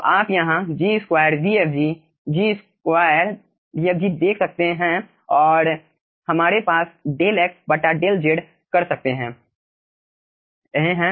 तो आप यहाँ G2 vfg G2 vfg देख सकते हैं और हमारे पास डेल X डेल Z कर सकते हैं रहे हैं